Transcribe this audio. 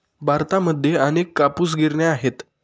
भारतामध्ये अनेक कापूस गिरण्या आहेत